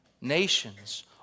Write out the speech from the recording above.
nations